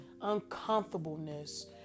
uncomfortableness